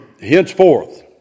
henceforth